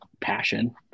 passion